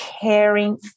caring